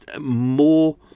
more